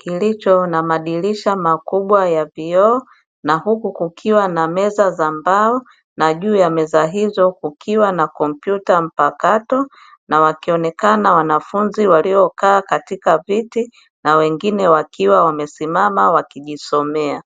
kilicho na madirisha makubwa ya vioo na huku kukiwa na meza za mbao na juu ya meza hizo kukiwa na kompyuta mpakato, na wakionekana wanafunzi waliokaa katika viti na wengine wakiwa wamesimama wakijisomea.